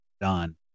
done